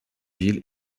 ville